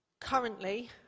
Currently